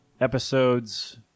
episodes